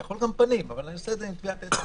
אפשר גם פנים, אבל אני עושה את זה עם טביעת אצבע.